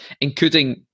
including